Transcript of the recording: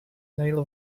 nail